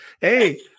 Hey